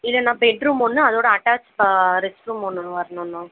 இல்லைணா bedroom ஒன்று அதோட attach restroom வரனுணா